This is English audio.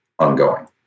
ongoing